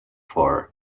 for